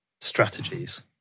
strategies